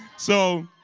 so